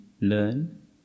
learn